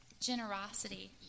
generosity